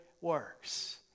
works